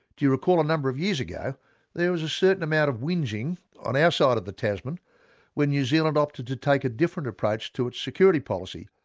do you recall a number of years ago there was a certain amount of whingeing on our side of the tasman when new zealand opted to take a different approach to its security policy.